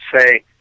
say